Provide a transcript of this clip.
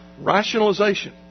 rationalization